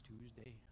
Tuesday